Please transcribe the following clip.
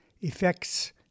effects